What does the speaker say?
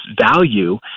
value